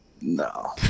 No